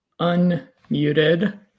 unmuted